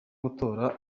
gutora